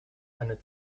eine